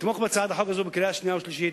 לתמוך בהצעת החוק הזאת בקריאה השנייה ובקריאה השלישית.